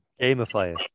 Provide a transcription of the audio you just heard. gamify